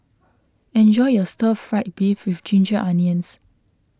enjoy your Stir Fried Beef with Ginger Onions